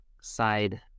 side